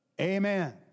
amen